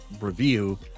review